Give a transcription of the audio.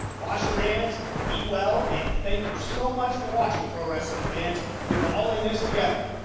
wash your hands, be well, and thank you so much for watching pro wrestling fans, we are all in this together.